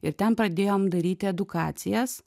ir ten pradėjom daryti edukacijas